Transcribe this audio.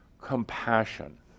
compassion